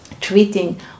treating